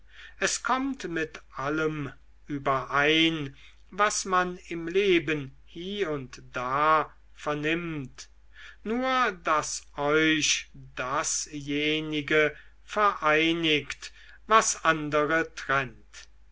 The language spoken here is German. es kommt mit allem überein was man im leben hie und da vernimmt nur daß euch dasjenige vereinigt was andere trennt